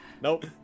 Nope